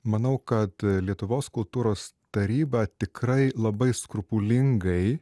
manau kad lietuvos kultūros taryba tikrai labai skrupulingai